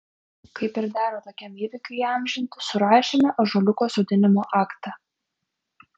kaip ir dera tokiam įvykiui įamžinti surašėme ąžuoliuko sodinimo aktą